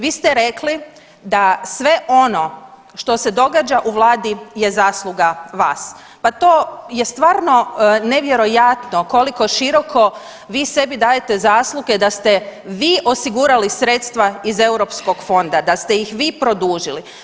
Vi ste rekli da sve ono što se događa u vladi je zasluga vas, pa to je stvarno nevjerojatno koliko široko vi sebi dajete zasluge da ste vi osigurali sredstva iz eu fonda, da ste ih vi produžili.